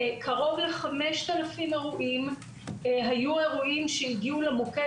קרוב ל-5,000 אירועים היו אירועים שהגיעו למוקד